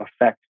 affect